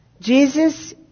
Jesus